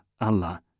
Allah